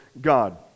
God